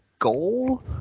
goal